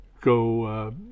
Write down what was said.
go